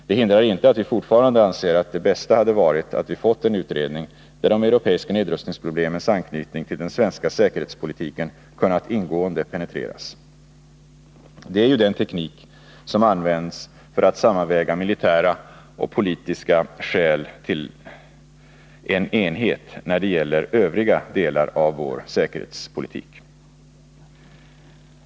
Det hindrar inte att vi fortfarande anser att det bästa hade varit att vi fått en utredning, där de europeiska nedrustningsproblemens anknytning till den svenska säkerhetspolitiken kunnat ingående penetreras. Det är ju den teknik som används för att sammanväga militära och politiska skäl till en enhet när det gäller övriga delar av vår säkerhetspolitik.